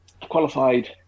qualified